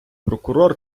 прокурор